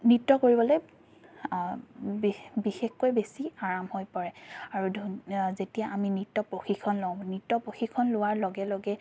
নৃত্য কৰিবলৈ বিশেষকৈ বেছি আৰাম হৈ পৰে আৰু ধুন যেতিয়া আমি নৃত্য প্ৰশিক্ষণ লওঁ নৃত্য প্ৰশিক্ষণ লোৱাৰ লগে লগে